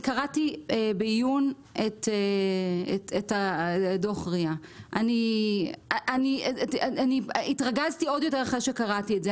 קראתי בעיון את דוח RIA. התרגזתי עוד יותר אחרי שקראתי אותו.